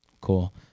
Cool